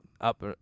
up